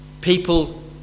People